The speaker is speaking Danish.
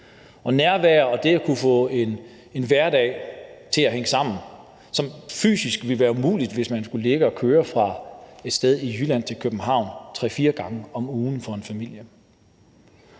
nærvær og det at kunne få en hverdag til at hænge sammen for en familie, som fysisk ville være umuligt, hvis man skulle ligge og køre fra et sted i Jylland til København tre-fire gange om ugen. Derfor var jeg